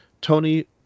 Tony